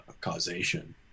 causation